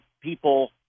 People